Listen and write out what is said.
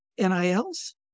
NILs